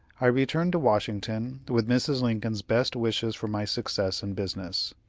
i returned to washington, with mrs. lincoln's best wishes for my success in business.